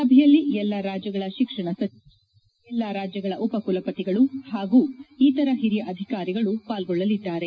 ಸಭೆಯಲ್ಲಿ ಎಲ್ಲ ರಾಜ್ಯಗಳ ಶಿಕ್ಷಣ ಸಚಿವರು ಎಲ್ಲ ರಾಜ್ಯಗಳ ಉಪ ಕುಲಪತಿಗಳು ಮತ್ತು ಇತರ ಹಿರಿಯ ಅಧಿಕಾರಿಗಳು ಪಾಲ್ಗೊಳ್ಳಲಿದ್ದಾರೆ